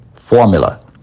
formula